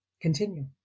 continue